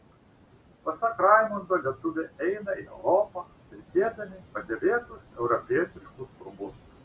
pasak raimundo lietuviai eina į europą vilkėdami padėvėtus europietiškus rūbus